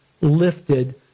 lifted